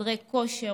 חדרי כושר,